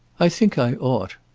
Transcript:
i think i ought.